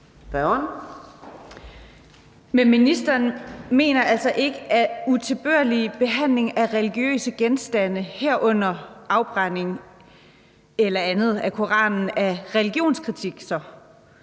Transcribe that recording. Ministeren mener altså ikke, at utilbørlig behandling af religiøse genstande, herunder afbrænding eller andet af Koranen, er religionskritik.